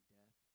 death